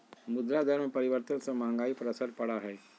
मुद्रा दर में परिवर्तन से महंगाई पर असर पड़ा हई